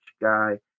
guy